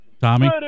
Tommy